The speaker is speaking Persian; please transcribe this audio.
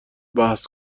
بحث